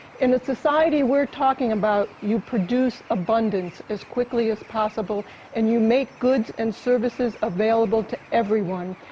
in the society we're talking about, you produce abundance as quickly as possible and you make goods and services available to everyone.